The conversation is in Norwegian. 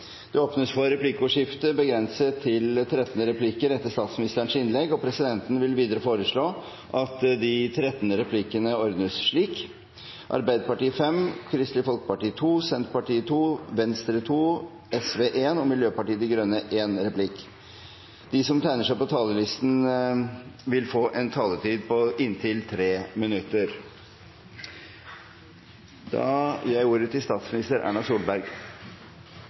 Det åpnes for replikkordskifte begrenset til 13 replikker etter statsministerens innlegg. Presidenten vil foreslå at de 13 replikkene ordnes slik: Arbeiderpartiet fem replikker, Kristelig Folkeparti to replikker, Senterpartiet to replikker, Venstre to replikker, SV en replikk og Miljøpartiet De Grønne en replikk. De som tegner seg på talerlisten, vil få en taletid på inntil 3 minutter.